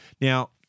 Now